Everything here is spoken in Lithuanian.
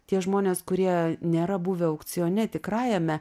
tie žmonės kurie nėra buvę aukcione tikrajame